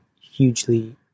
hugely